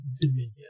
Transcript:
dominion